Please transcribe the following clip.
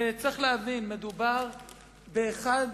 צריך להבין, מדובר באחד